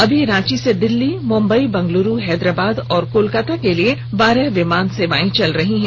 अभी रांची से दिल्ली मुम्बई बेंगलूरू हैदराबाद और कोलकाता के लिए बारह विमान सेवाएं चल रही हैं